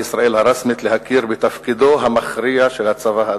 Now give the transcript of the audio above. לישראל הרשמית להכיר בתפקידו המכריע של הצבא האדום.